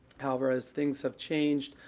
however, as things have changed,